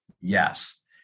yes